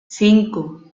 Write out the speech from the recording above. cinco